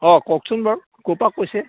অঁ কওকচোন বাৰু ক'ৰপা কৈছে